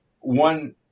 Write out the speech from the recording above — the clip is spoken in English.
one